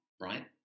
right